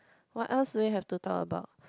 what else do we have to talk about